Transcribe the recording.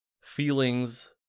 feelings